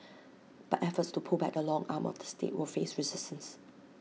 but efforts to pull back the long arm of the state will face resistance